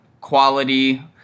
quality